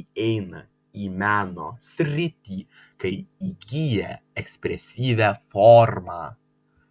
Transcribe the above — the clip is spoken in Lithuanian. įeina į meno sritį kai įgyja ekspresyvią formą